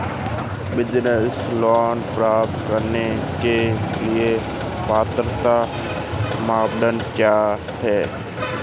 Business loan प्राप्त करने के लिए पात्रता मानदंड क्या हैं?